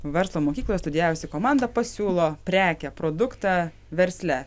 verslo mokykloje studijavusi komanda pasiūlo prekę produktą versle